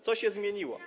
Co się zmieniło?